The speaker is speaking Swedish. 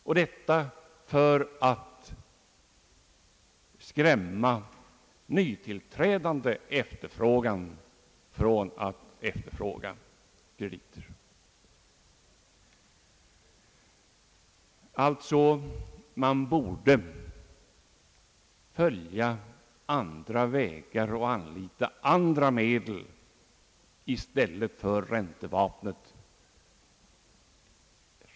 Och detta för att skrämma nytillträdande efterfrågande från att efterfråga krediter. Man borde alltså följa andra vägar och anlita andra medel än räntevapnet.